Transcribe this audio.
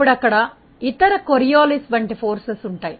అప్పుడు అక్కడ ఇతర కోరియోలిస్ వంటి ఫోర్సెస్ ఉంటాయి